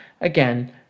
again